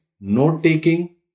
note-taking